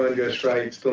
ah yeah just right,